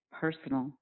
personal